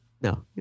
No